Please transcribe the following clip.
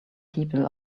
people